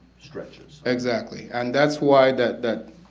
stretches? exactly, and that's why that, that,